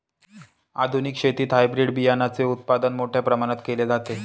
आधुनिक शेतीत हायब्रिड बियाणाचे उत्पादन मोठ्या प्रमाणात केले जाते